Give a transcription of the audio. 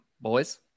boys